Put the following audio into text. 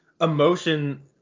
emotion